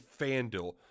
FanDuel